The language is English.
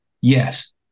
Yes